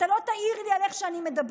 אתה לא תעיר לי על איך שאני מדברת.